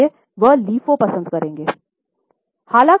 इसलिए वे LIFO पसंद करेंगे